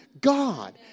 God